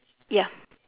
ya